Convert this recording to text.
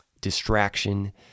distraction